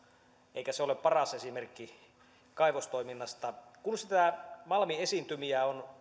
eikä se ole paras esimerkki kaivostoiminnasta kun niitä malmiesiintymiä on